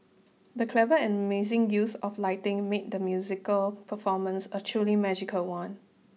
the clever and amazing use of lighting made the musical performance a truly magical one